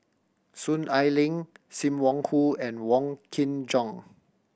Soon Ai Ling Sim Wong Hoo and Wong Kin Jong